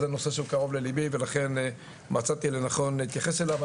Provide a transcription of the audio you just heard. זה נושא שהוא קרוב לליבי ולכן מצאתי לנכון להתייחס אליו.